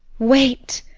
wait!